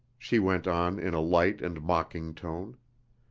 she went on in a light and mocking tone.